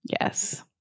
Yes